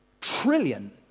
trillion